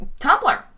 .tumblr